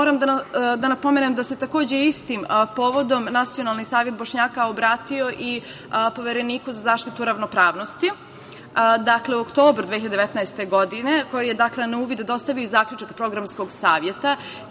da napomenem da se takođe istim povodom Nacionalni savet Bošnjaka obratio i Povereniku za zaštitu ravnopravnosti. Dakle u oktobru 2019. godine koja je na uvid dostavio i zaključak Programskog saveta,